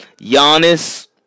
Giannis